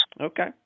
Okay